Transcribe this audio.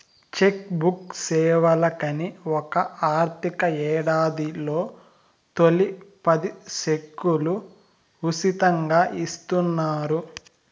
check book సేవలకని ఒక ఆర్థిక యేడాదిలో తొలి పది సెక్కులు ఉసితంగా ఇస్తున్నారు